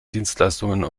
dienstleistungen